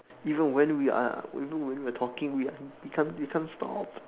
even when we are even when we are talking we can't we can't stop